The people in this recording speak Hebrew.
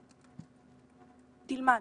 תלמד,